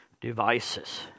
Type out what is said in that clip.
devices